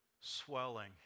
swelling